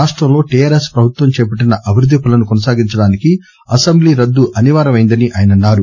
రాష్టంలో టీఆర్ఎస్ ప్రభుత్వం చేపట్టిన అభివృద్ది పనులను కొనసాగించడానికి అసెంబ్లీ రద్దు అనివార్యమైందని ఆయన అన్సారు